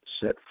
set